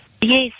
Yes